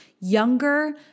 younger